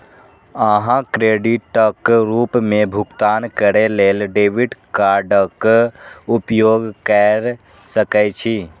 अहां क्रेडिटक रूप मे भुगतान करै लेल डेबिट कार्डक उपयोग कैर सकै छी